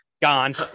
gone